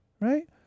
Right